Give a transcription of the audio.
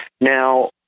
Now